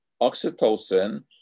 oxytocin